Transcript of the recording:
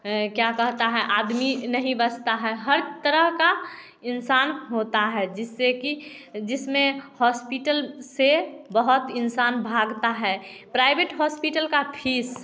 ये क्या कहता हैं आदमी नहीं बचता है हर तरह का इंसान होता है जिससे कि जिसमें हॉस्पिटल से बहुत इंसान भागता है प्राइवेट हॉस्पिटल का फीस